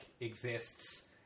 exists—